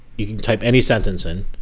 you can type any sentence in,